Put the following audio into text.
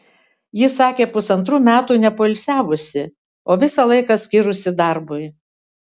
ji sakė pusantrų metų nepoilsiavusi o visą laiką skyrusi darbui